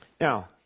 Now